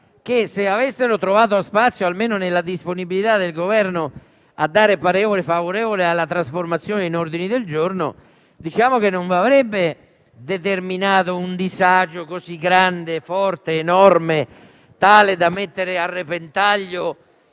se avessero trovato spazio almeno nella disponibilità del Governo ad esprimere parere favorevole alla loro trasformazione in ordini del giorno, non avrebbero determinato un disagio così grande, forte, enorme, tale da mettere a repentaglio